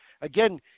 Again